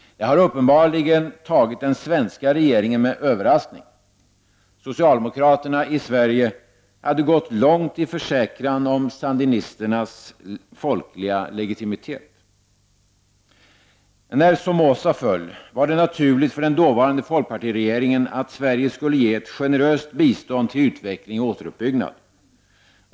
Det har uppenbarligen tagit den svenska regeringen med överraskning. Socialdemokraterna i Sverige hade gått långt i försäkran om sandinisternas folkliga legitimitet. När Somoza föll var det naturligt för den dåvarande folkpartiregeringen att Sverige skulle ge ett generöst bistånd till utveckling och återuppbyggnad.